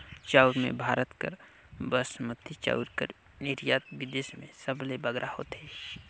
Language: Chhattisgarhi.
चाँउर में भारत कर बासमती चाउर कर निरयात बिदेस में सबले बगरा होथे